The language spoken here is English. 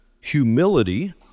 humility